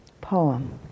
poem